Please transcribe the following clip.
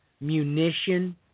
munition